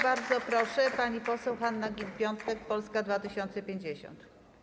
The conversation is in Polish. Bardzo proszę, pani poseł Hanna Gill-Piątek, Polska 2050.